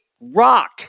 Rock